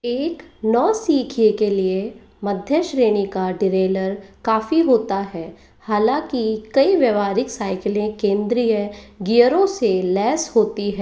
एक नौसीखिये के लिए मध्य श्रेणी का डिरेलर काफ़ी होता है हालाँकि कई व्यावहारिक साइकिलें केंद्रीय गियरों से लैस होती है